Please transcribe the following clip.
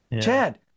Chad